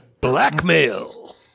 Blackmail